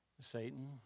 Satan